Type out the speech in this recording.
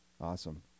Awesome